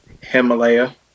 Himalaya